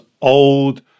old